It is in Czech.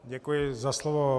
Děkuji za slovo.